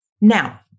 Now